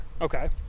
Okay